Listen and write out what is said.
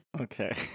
Okay